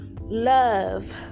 love